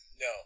No